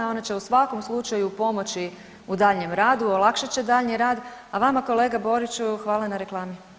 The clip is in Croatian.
Ona će u svakom slučaju pomoći u daljnjem radu, olakšat će daljnji rad, a vama kolega Boriću hvala na reklami.